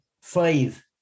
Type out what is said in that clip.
five